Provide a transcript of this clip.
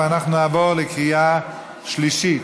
אנחנו נעבור לקריאה שלישית.